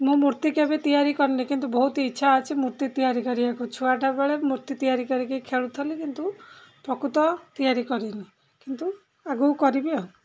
ମୁଁ ମୂର୍ତ୍ତି କେବେ ତିଆରି କରିନି କିନ୍ତୁ ବହୁତ ଇଚ୍ଛା ଅଛି ମୂର୍ତ୍ତି ତିଆରି କରିବାକୁ ଛୁଆଟା ବେଳେ ମୂର୍ତ୍ତି ତିଆରି କରିକି ଖେଳୁଥିଲି କିନ୍ତୁ ପ୍ରକୃତ ତିଆରି କରିନି କିନ୍ତୁ ଆଗକୁ କରିବି ଆଉ